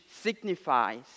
signifies